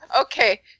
Okay